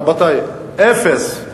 רבותי, אפס.